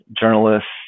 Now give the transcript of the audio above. journalists